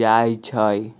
जाइ छइ